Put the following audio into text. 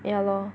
ya lor